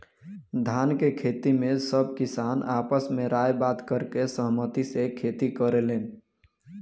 धान के खेती में सब किसान आपस में राय बात करके सहमती से खेती करेलेन